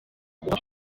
uva